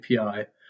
API